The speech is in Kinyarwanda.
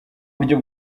buryo